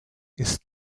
ist